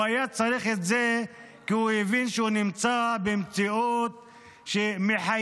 הוא היה צריך את זה כי הוא הבין שהוא נמצא במציאות שמחייבת